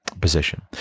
position